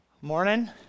Morning